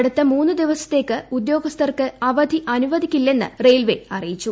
അടുത്ത മൂന്ന് ദിവസത്തേക്ക് ഉദ്യോഗസ്ഥർക്ക് അവധി അനുവദിക്കില്ലെന്നും റെയിൽവേ അറിയിച്ചു